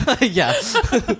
Yes